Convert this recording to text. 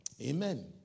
Amen